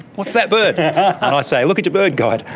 what's that bird? and i say look at your bird guide.